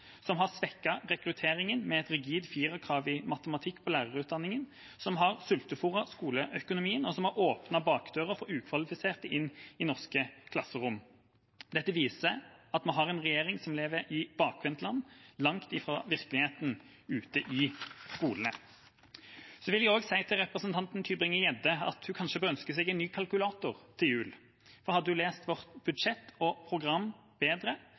som har svekket rekrutteringen med et rigid firerkrav i matematikk på lærerutdanningen, som har sultefôret skoleøkonomien, og som har åpnet bakdøren for ukvalifiserte inn i norske klasserom. Dette viser at vi har en regjering som lever i bakvendtland, langt fra virkeligheten ute i skolene. Så vil jeg si til representanten Tybring-Gjedde at hun kanskje bør ønske seg en ny kalkulator til jul, for hadde hun lest vårt budsjett og program bedre,